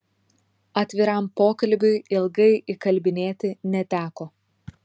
atviram pokalbiui ilgai įkalbinėti neteko